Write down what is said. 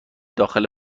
داخل